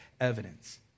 evidence